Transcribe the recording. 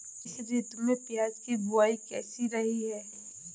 इस ऋतु में प्याज की बुआई कैसी रही है?